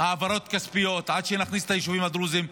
העברות כספיות עד שנכניס את היישובים הדרוזיים,